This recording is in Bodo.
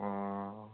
अ